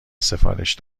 سفارش